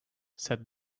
said